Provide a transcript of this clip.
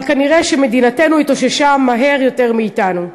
אבל כנראה שמדינתנו התאוששה מהר יותר מאתנו.